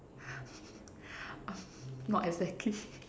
not exactly